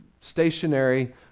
stationary